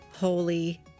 Holy